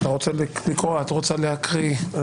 רוצה להקריא?